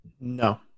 No